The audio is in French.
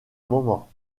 moment